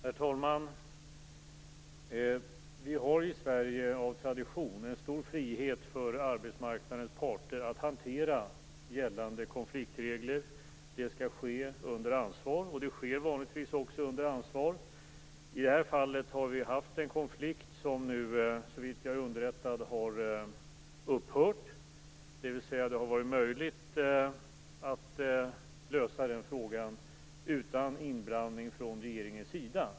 Herr talman! Vi har i Sverige av tradition en stor frihet för arbetsmarknadens parter att hantera gällande konfliktregler. Det skall ske under ansvar, och det sker vanligtvis också under ansvar. I det här fallet har vi haft en konflikt som nu, såvitt jag är underrättad, har upphört, dvs. det har varit möjligt att lösa frågan utan inblandning från regeringens sida.